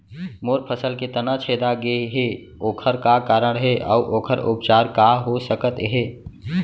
मोर फसल के तना छेदा गेहे ओखर का कारण हे अऊ ओखर उपचार का हो सकत हे?